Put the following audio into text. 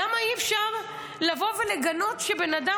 למה אי-אפשר לבוא ולגנות כשבן אדם,